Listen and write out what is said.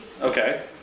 Okay